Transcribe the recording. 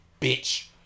Bitch